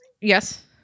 yes